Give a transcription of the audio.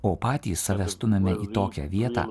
o patys save stumiame į tokią vietą